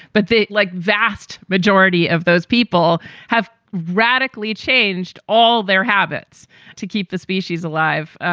but the like vast majority of those people have radically changed all their habits to keep the species alive.